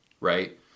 right